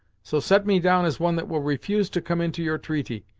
so set me down as one that will refuse to come into your treaty,